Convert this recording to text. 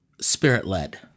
Spirit-led